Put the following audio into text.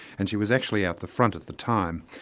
and she was actually out the front at the time.